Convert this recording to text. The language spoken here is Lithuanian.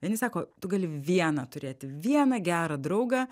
vieni sako tu gali vieną turėti vieną gerą draugą